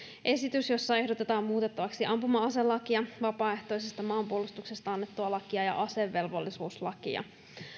esitys jossa ehdotetaan muutettavaksi ampuma aselakia vapaaehtoisesta maanpuolustuksesta annettua lakia ja asevelvollisuuslakia